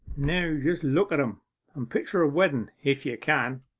now just look at em and picture a wedden if you can